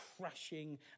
crashing